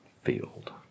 field